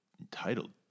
entitled